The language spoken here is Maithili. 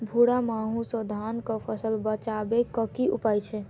भूरा माहू सँ धान कऽ फसल बचाबै कऽ की उपाय छै?